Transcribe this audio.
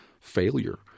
failure